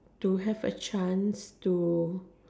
to have a chance to